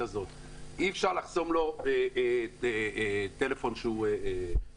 אי אפשר לחסום לו טלפון שהוא חירום,